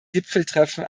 gipfeltreffen